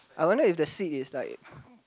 I wonder if the seat is like